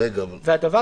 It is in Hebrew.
ושנית,